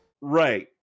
Right